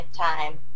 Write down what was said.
time